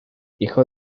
hijo